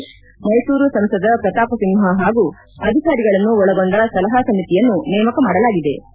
ಮಹೇಶ್ ಮೈಸೂರು ಸಂಸದ ಪ್ರತಾಪಸಿಂಹ ಹಾಗೂ ಅಧಿಕಾರಿಗಳನ್ನು ಒಳಗೊಂಡ ಸಲಹಾ ಸಮಿತಿಯನ್ನು ನೇಮಕ ಮಾಡಲಾಗಿದೆ